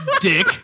dick